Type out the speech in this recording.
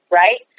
right